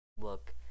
look